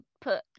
put